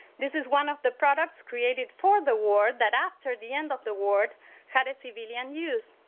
this is one of the products created for the war that after the end of the war had a civilian use.